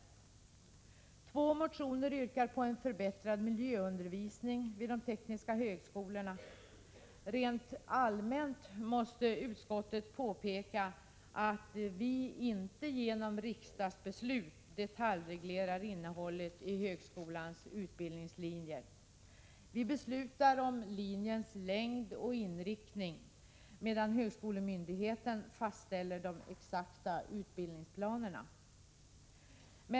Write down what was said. I två motioner yrkas på en förbättrad miljöundervisning vid de tekniska högskolorna. Rent allmänt måste utskottet påpeka att vi inte genom riksdagsbeslut detaljreglerar innehållet i högskolans utbildningslinjer. Vi beslutar om linjens längd och inriktning, medan högskolemyndigheten fastställer de exakta utbildningsplanerna.